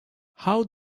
how